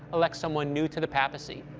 elect someone new to the papacy.